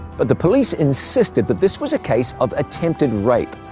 but the police insisted that this was a case of attempted rape.